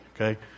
Okay